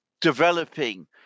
developing